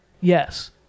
Yes